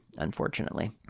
unfortunately